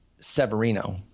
Severino